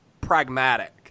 pragmatic